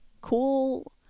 cool